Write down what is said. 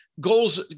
goals